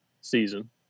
season